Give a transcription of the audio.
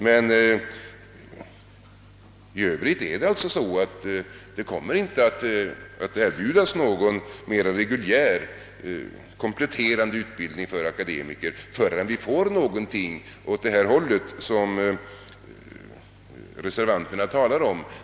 Men i övrigt är det så att det inte kommer att erbjudas någon mera reguljär kompletterande utbildning för akademiker förrän vi får någonting i stil med vad reservanterna skisserat.